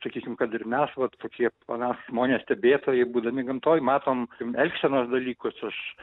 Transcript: sakysim kad ir mes va tokie panašūs žmonės stebėtojai būdami gamtoj matom elgsenos dalykus aš